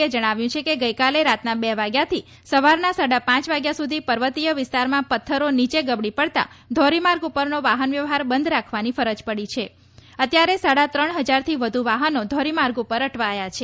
એ જણાવ્યું છે કે ગઇકાલે રાતના બે વાગ્યાથી સવારના સાડા પાંચ સુધી પર્વતીય વિસ્તારમાં પથ્થરો નીચે ગબડી પડતાં ધોરીમાર્ગ પરનો વાહનવ્યવહાર બંધ રાખવાની ફરજ પડી છે અત્યારે સાડા ત્રણ હજારથી વધુ વાહનો ધોરીમાર્ગ ઉપર અટવાયા છે